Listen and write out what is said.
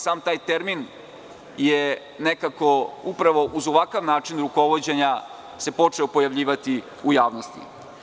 Sam taj termin se nekako upravo kroz ovakav način rukovođenja počeo pojavljivati u javnosti.